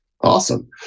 Awesome